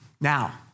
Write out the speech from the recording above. Now